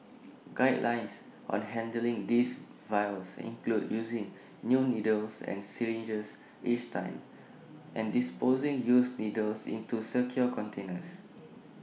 guidelines on handling these vials include using new needles and syringes each time and disposing used needles into secure containers